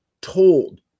told